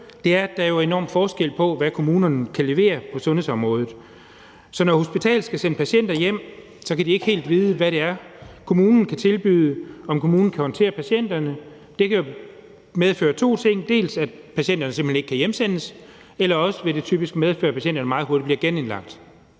køre er, at der jo er enorm forskel på, hvad kommunerne kan levere på sundhedsområdet. Så når hospitalet skal sende patienter hjem, kan de ikke helt vide, hvad det er, kommunen kan tilbyde, og om kommunen kan håndtere patienterne. Det kan medføre to ting. Dels kan det medføre, at patienterne simpelt hen ikke kan hjemsendes, dels vil det typisk medføre, at patienterne meget hurtigt bliver genindlagt.